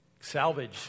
salvage